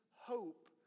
hope